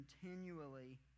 continually